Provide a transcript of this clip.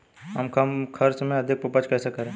हम कम खर्च में अधिक उपज कैसे करें?